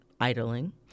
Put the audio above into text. idling